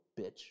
bitch